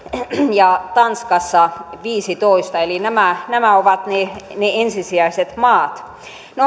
ja tanskassa viisitoista eli nämä nämä ovat ne ne ensisijaiset maat